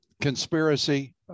conspiracy